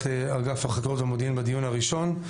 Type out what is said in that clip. אגף החקירות והמודיעין בדיון הראשון,